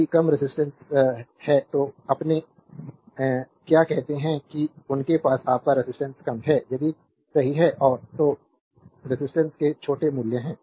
यदि कम रेजिस्टेंस कता है तो अपने क्या कहते हैं कि उनके पास आपका रेजिस्टेंस कम है सही है और तो रेजिस्टेंस के छोटे मूल्य हैं